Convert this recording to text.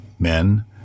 men